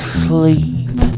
sleep